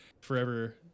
forever